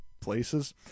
places